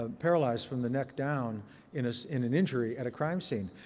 ah paralyzed from the neck down in ah in an injury at a crime scene.